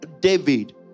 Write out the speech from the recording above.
David